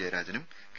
ജയരാജനും K